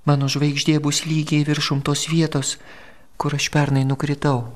mano žvaigždė bus lygiai viršum tos vietos kur aš pernai nukritau